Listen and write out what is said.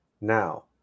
now